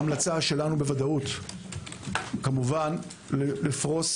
ההמלצה שלנו בוודאות היא כמובן לפרוס